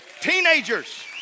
Teenagers